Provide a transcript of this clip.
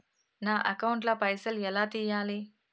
నా అకౌంట్ ల పైసల్ ఎలా తీయాలి?